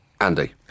Andy